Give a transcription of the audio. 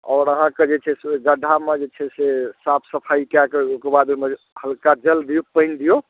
आओर अहाँकेँ जे छै से ओहि गड्ढामे जे छै से साफ सफाइ कए कऽ ओहिके बाद ओहिमे जे छै से हल्का जल दियौ पानि दियौ